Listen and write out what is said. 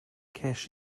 ces